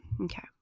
Okay